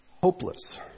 Hopeless